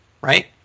right